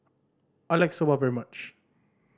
I like Soba very much